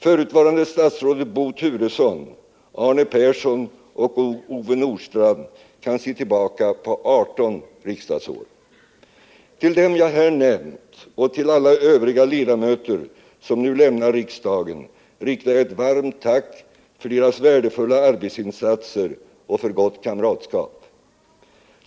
Förutvarande statsrådet Bo Turesson, Arne Persson och Ove Nordstrandh kan se tillbaka på 18 riksdagsår. Till dem jag här nämnt och till alla övriga ledamöter som nu lämnar riksdagen riktar jag ett varmt tack för deras värdefulla arbetsinsatser och för gott kamratskap.